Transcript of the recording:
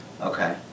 Okay